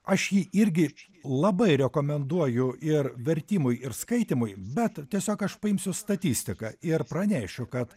aš jį irgi labai rekomenduoju ir vertimui ir skaitymui bet tiesiog aš paimsiu statistiką ir pranešiu kad